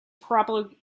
probably